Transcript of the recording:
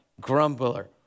grumbler